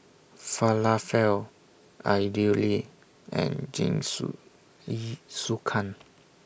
Falafel Idili and